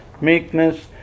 meekness